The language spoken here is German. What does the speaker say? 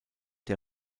der